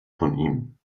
von